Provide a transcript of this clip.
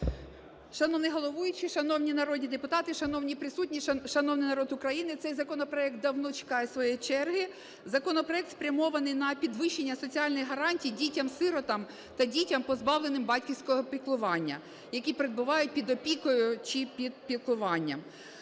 Шановний головуючий, шановні народні депутати, шановні присутні, шановний народ України, цей законопроект давно чекає своєї черги. Законопроект спрямований на підвищення соціальних гарантій дітям-сиротам та дітям, позбавленим батьківського піклування, які перебувають під опікою чи під піклуванням.